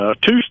two